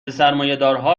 سرمایهدارها